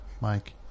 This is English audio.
Mike